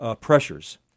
pressures